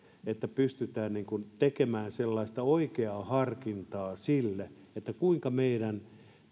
että pystytään tekemään sellaista oikeaa harkintaa siinä kuinka meidän